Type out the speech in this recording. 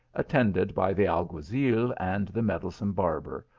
attended by the alguazil and the meddlesome barber,